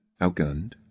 outgunned